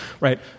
right